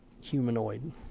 humanoid